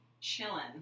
chilling